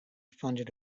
funded